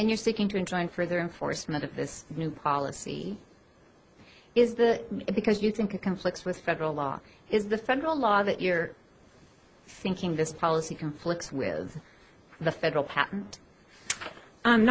and you're seeking to in trying for the enforcement of this new policy is that because you think it conflicts with federal law is the federal law that you're thinking this policy conflicts with the federal